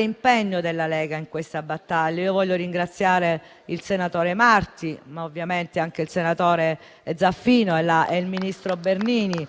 impegno della Lega in questa battaglia. Desidero ringraziare il senatore Marti, ma ovviamente anche il senatore Zaffini e il ministro Bernini.